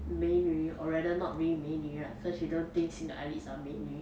美女 or rather not really 美女 lah cause she don't think single eyelids are 美女